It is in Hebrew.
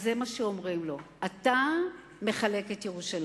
זה מה שאומרים לו: אתה מחלק את ירושלים.